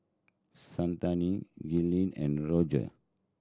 Shante Gillian and Roger